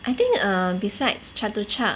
I think err besides chatuchak